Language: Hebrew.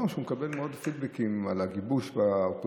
שהוא מקבל מאות פידבקים על הגיבוש באופוזיציה.